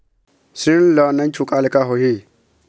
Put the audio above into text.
ऋण ला नई चुकाए ले का होही?